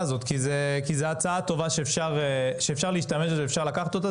הזאת כי זו הצעה טובה שאפשר להשתמש בזה ואפשר לקחת אותה.